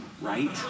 right